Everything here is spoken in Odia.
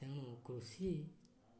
ତେଣୁ କୃଷି